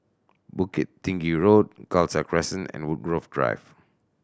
Bukit Tinggi Road Khalsa Crescent and Woodgrove Drive